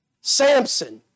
Samson